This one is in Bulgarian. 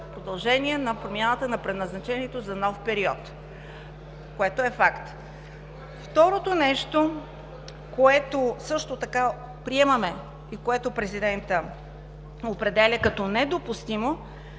продължение на промяната на предназначението за нов период, което е факт. Второто нещо, което също така приемаме и което президентът определя като недопустимо,